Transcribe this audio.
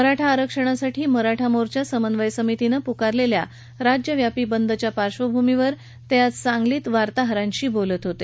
मराठा आरक्षणासाठी मराठा मोर्चा समन्वय समितीनं पुकारलेल्या राज्यव्यापी बदच्या पार्धभूमीवर ते आज सांगलीत वार्ताहरांशी बोलत होते